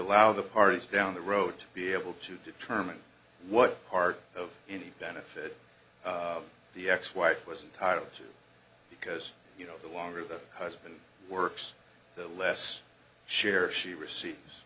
allow the parties down the road to be able to determine what part of any benefit of the ex wife was a title because you know the longer the husband works the less share she receives